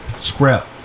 Scrap